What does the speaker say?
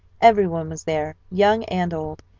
every one was there, young and old,